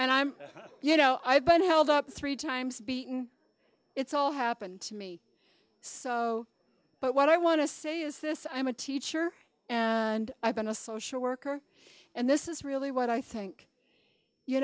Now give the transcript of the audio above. and i'm you know i've been held up three times it's all happened to me so but what i want to say is this i'm a teacher and i've been a social worker and this is really what i think you